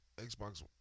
Xbox